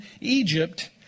Egypt